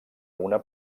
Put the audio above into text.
una